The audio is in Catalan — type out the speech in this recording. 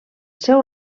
seu